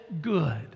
good